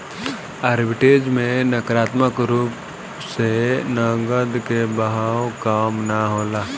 arbitrage में नकारात्मक रूप से नकद के बहाव कम ना होला